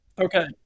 Okay